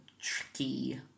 tricky